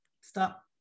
Stop